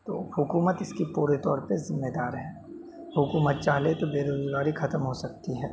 تو حکومت اس کی پورے طور پہ ذمےدار ہے حکومت چاہ لے تو بےروزگاری ختم ہو سکتی ہے